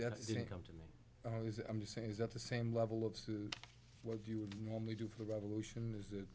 just didn't come to me i'm just saying is that the same level of what do you normally do for the revolution is